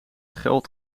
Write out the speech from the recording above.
geld